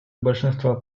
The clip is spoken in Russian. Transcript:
большинства